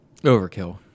Overkill